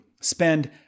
spend